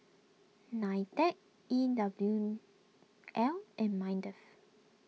Nitec E W L and Mindef